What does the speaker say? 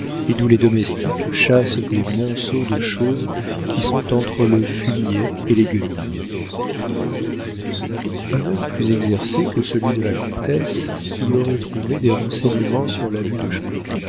et d'où les domestiques chassent des monceaux de choses qui sont entre le fumier et les guenilles un œil plus exercé que celui de la comtesse y aurait trouvé des renseignements sur la vie de